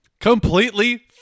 Completely